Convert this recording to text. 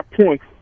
points